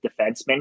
defensemen